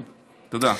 תודה.